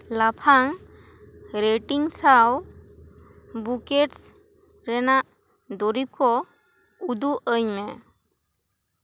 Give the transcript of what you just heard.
ᱞᱟᱯᱷᱟᱝ ᱨᱮᱴᱤᱝ ᱥᱟᱶ ᱵᱩᱠᱮᱴᱥ ᱨᱮᱱᱟᱜ ᱫᱩᱨᱤᱵᱽ ᱠᱚ ᱩᱫᱩᱜ ᱟᱹᱧ ᱢᱮ